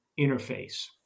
interface